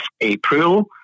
April